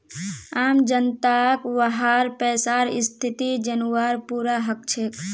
आम जनताक वहार पैसार स्थिति जनवार पूरा हक छेक